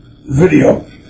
video